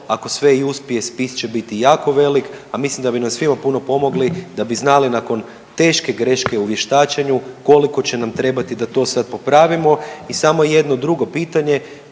ako sve i uspije, spis će biti jako velik, a mislim da bi nam svima puno pomogli da bi znali nakon teške greške u vještačenju, koliko će nam trebati da to sad popravimo i samo jedno drugo pitanje,